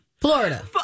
florida